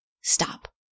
stop